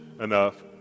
enough